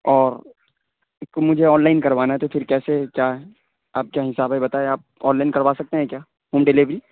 اور اس کو مجھے آن لائن کروانا ہے تو پھر کیسے کیا آپ کیا حساب ہے بتائیں آپ آن لائن کروا سکتے ہیں کیا ہوم ڈیلیوری